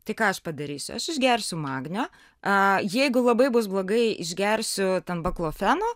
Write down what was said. tai ką aš padarysiu aš išgersiu magnio jeigu labai bus blogai išgersiu ten baklofeno